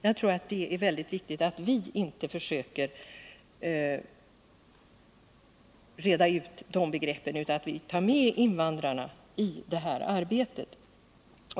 Jag tror att det är mycket viktigt att vi inte försöker reda ut de begreppen utan att vi tar med invandrarna i detta arbete.